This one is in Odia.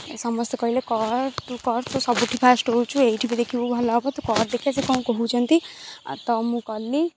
ସମସ୍ତେ କହିଲେ କର୍ ତୁ କର୍ ତୁ ସବୁଠି ଫାଷ୍ଟ ହଉଛୁ ଏଇଠି ବି ଦେଖିବୁ ଭଲ ହେବ ତୁ କର୍ ଦେଖିଆ ସିଏ କ'ଣ କହୁଛନ୍ତି ତ ମୁଁ କଲି